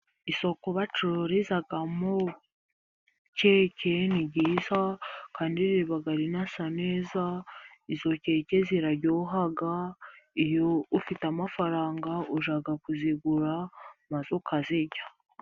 Isoko bacururizamo keke ni ryiza, kandi riba risa neza. Izo keke ziraryoha ufite amafaranga ujya kuzigura maze ukazirya.